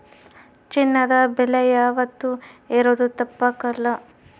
ಚಿನ್ನದ ಬೆಲೆ ಯಾವಾತ್ತೂ ಏರೋದು ತಪ್ಪಕಲ್ಲ